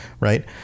right